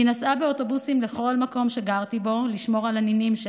היא נסעה באוטובוסים לכל מקום שגרתי בו לשמור על הנינים שלה,